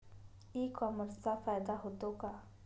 E कॉमर्सचा फायदा होतो का?